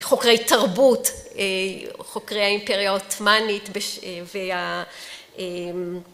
חוקרי תרבות, חוקרי האימפריה העותמנית וה...